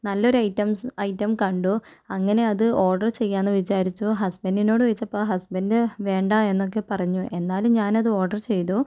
നല്ലൊരു items item കണ്ടു അങ്ങനെ അത് ഓർഡർ ചെയ്യാമെന്ന് വിചാരിച്ചു ഹസ്ബന്റിനോട് ചോദിച്ചപ്പോൾ ഹസ്ബൻഡ് വേണ്ട എന്നൊക്കെ പറഞ്ഞു എന്നാലും ഞാൻ അത് ഓർഡർ ചെയ്തു